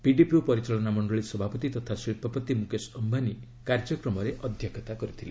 PDPU ପରିଚାଳନା ମଣ୍ଡଳି ସଭାପତି ତଥା ଶିଳ୍ପପତି ମୁକେଶ ଅମ୍ଘାନୀ କାର୍ଯ୍ୟକ୍ରମରେ ଅଧ୍ୟକ୍ଷତା କରିଥିଲେ